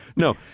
no,